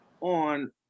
on